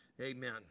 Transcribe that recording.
Amen